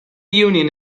union